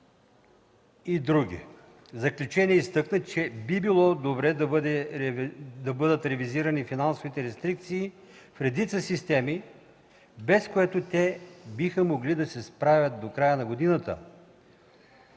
и други. В заключение изтъкна, че би било добре да бъдат ревизирани финансовите рестрикции в редица системи, без което те не биха могли да се справят до края на годината,